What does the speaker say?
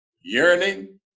Yearning